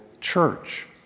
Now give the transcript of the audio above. church